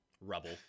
rubble